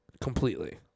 completely